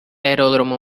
aeródromo